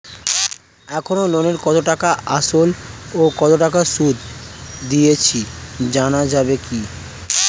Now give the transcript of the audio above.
এখনো লোনের কত টাকা আসল ও কত টাকা সুদ দিয়েছি জানা যাবে কি?